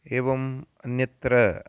एवम् अन्यत्र